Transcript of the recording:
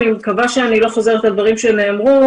אני מקווה שאני לא חוזרת על דברים שנאמרו.